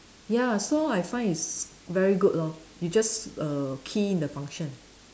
ya so I find it's very good lor you just err key in the function